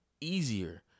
easier